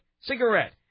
cigarette